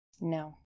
No